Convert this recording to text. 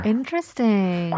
Interesting